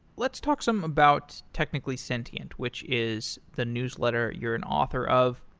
let's talk some about technically sentient, which is the newsletter you're an author of.